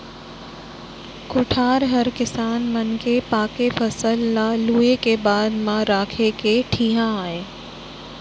कोठार हर किसान मन के पाके फसल ल लूए के बाद म राखे के ठिहा आय